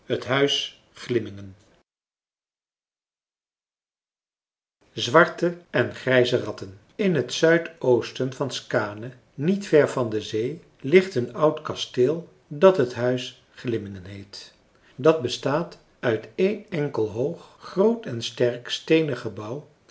t huis glimmingen zwarte en grijze ratten in t zuidoosten van skaane niet ver van de zee ligt een oud kasteel dat t huis glimmingen heet dat bestaat uit één enkel hoog groot en sterk steenen gebouw